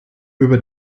über